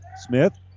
Smith